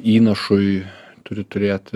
įnašui turi turėt